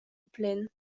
plaine